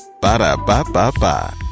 Ba-da-ba-ba-ba